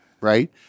right